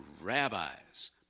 rabbis